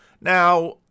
Now